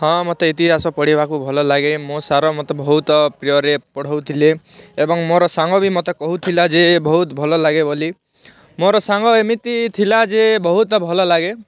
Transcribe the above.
ହଁ ମୋତେ ଇତିହାସ ପଢ଼ିବାକୁ ବହୁତ ଭଲ ଲାଗେ ମୋ ସାର ମୋତେ ବହୁତ ପ୍ରିୟରେ ପଢ଼ାଉଥିଲେ ଏବଂ ମୋ ସାଙ୍ଗ ବି ମୋତେ କହୁଥିଲା ଯେ ବହୁତ ଭଲ ଲାଗେ ବୋଲି ମୋର ସାଙ୍ଗ ଏମିତି ଥିଲା ଯେ ବହୁତ ଭଲ ଲାଗେ